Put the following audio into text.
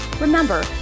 Remember